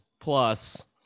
plus